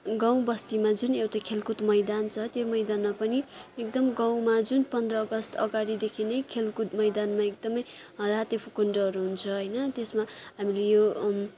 गाउँ बस्तीमा जुन एउटा खेलकुद मैदान छ त्यो मैदानमा पनि एकदम गाउँमा जुन पन्ध्र अगस्त अगाडिदेखि नै खेलकुद मैदानमा एकदमै लात्ते भकुन्डोहरू हुन्छ होइन त्यसमा हामीले यो